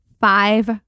five